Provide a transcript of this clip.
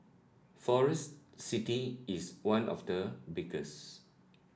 Forest City is one of the biggest